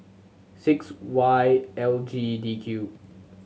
six Y L G D Q